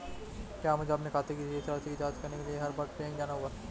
क्या मुझे अपने खाते की शेष राशि की जांच करने के लिए हर बार बैंक जाना होगा?